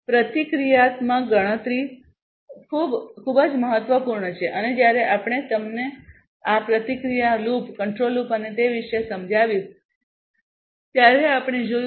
પ્રતિક્રિયાત્મક ગણતરી ખૂબ જ મહત્વપૂર્ણ છે અને જ્યારે આપણે તમને આ પ્રતિક્રિયા લૂપ કંટ્રોલ લૂપ અને તે વિશે સમજાવ્યું ત્યારે આપણે જોયું